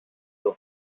suo